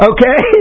Okay